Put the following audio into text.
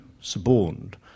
suborned